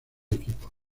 equipo